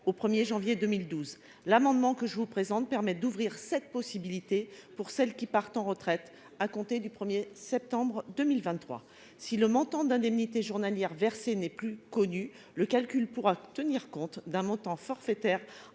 le 1 janvier 2012. L'amendement que je vous présente permet d'ouvrir cette possibilité à celles qui partiront à la retraite à compter du 1 septembre 2023. Si le montant des indemnités journalières versées n'est plus connu, le calcul pourra tenir compte d'un montant forfaitaire